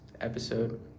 episode